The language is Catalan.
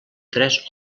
tres